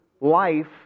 life